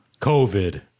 COVID